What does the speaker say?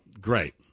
great